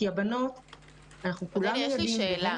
כולנו יודעים,